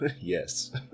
Yes